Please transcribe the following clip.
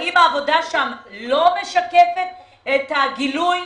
האם העבודה שם לא משקפת את הגילוי,